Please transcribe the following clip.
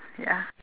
ya